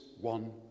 one